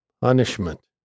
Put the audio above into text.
punishment